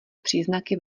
příznaky